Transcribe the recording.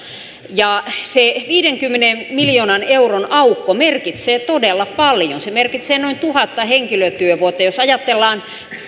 se viidenkymmenen miljoonan euron aukko merkitsee todella paljon se merkitsee noin tuhatta henkilötyövuotta jos ajatellaan